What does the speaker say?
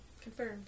confirmed